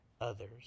others